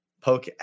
Poke